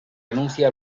anuncia